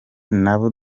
n’abo